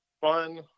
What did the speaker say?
fun